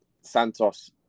Santos